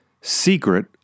Secret